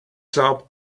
shop